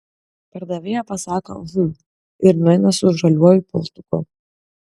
pardavėja pasako hm ir nueina su žaliuoju paltuku